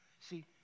See